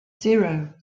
zero